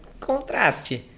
contraste